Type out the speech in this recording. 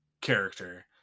character